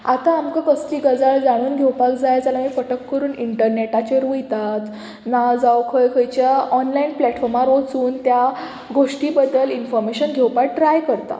आतां आमकां कसली गजाल जाणून घेवपाक जाय जाल्यार आमी फटक करून इंटरनेटाचेर वयतात ना जावं खंय खंयच्या ऑनलायन प्लेटफॉर्मार वचून त्या गोश्टी बद्दल इनफोर्मेशन घेवपाक ट्राय करता